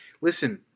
Listen